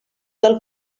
del